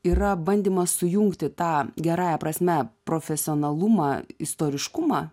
yra bandymas sujungti tą gerąja prasme profesionalumą istoriškumą